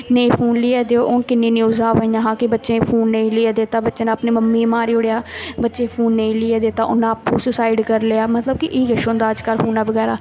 नेईं फोन लेइयै देओ हून किन्नियां न्यूजां आवा दियां हियां कि बच्चे गी फोन नेईं लेइयै दित्ता बच्चे ने अपनी मम्मी गी मारी ओड़ेआ बच्चे गी फोन नेईं लेई दित्ता उ'न्न आपूं सुसाइड करी लेआ मतलब कि एह् किश होंदा अजकल्ल फोना बगैरा